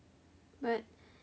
but